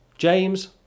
James